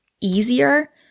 easier